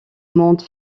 monde